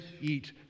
eat